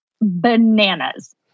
bananas